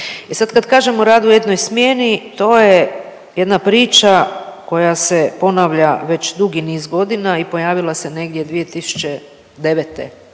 kad kažem o radu o jednoj smjeni to je jedna priča koja se ponavlja već dugi niz godina i pojavila se negdje